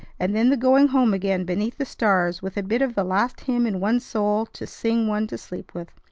and then the going home again beneath the stars with a bit of the last hymn in one's soul to sing one to sleep with,